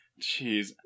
Jeez